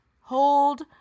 hold